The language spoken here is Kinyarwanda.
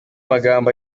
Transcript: magambo